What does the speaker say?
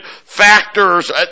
factors